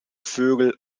vögel